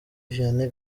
vianney